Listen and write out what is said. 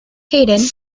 hayden